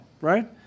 right